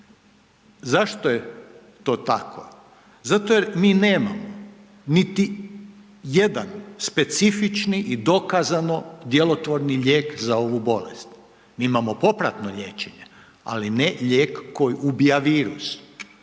Zašto je to tako? Zato je mi nemamo niti jedan specifični i dokazano djelotvorni lijek za ovu bolest. Mi imamo popratno liječenje, ali ne lijek koji ubija virus.